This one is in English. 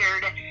weird